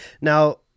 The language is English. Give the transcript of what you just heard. Now